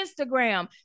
Instagram